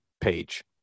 page